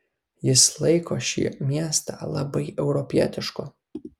jis laiko šį miestą labai europietišku